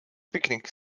picnic